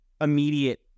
immediate